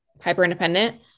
hyper-independent